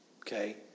okay